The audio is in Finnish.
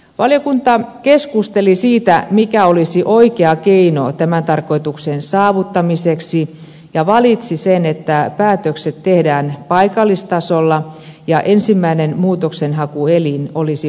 valiokunta keskusteli siitä mikä olisi oikea keino tämän tarkoituksen saavuttamiseksi ja valitsi sen että päätökset tehdään paikallistasolla ja ensimmäinen muutoksenhakuelin olisi valtakunnallinen